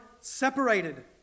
separated